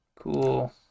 cool